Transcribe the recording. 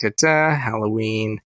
Halloween